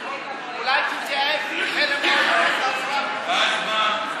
אולי תתייעץ, תדחה למועד אחר את ההצבעה, ואז מה?